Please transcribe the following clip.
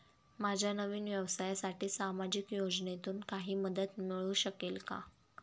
माझ्या नवीन व्यवसायासाठी सामाजिक योजनेतून काही मदत मिळू शकेल का?